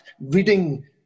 reading